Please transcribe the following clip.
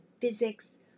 physics